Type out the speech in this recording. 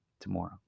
tomorrow